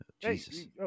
Jesus